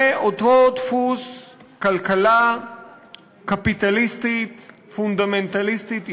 זה אותו דפוס כלכלה קפיטליסטית פונדמנטליסטית ישן,